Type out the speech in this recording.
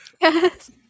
Yes